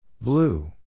Blue